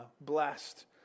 blessed